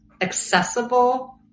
accessible